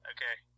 Okay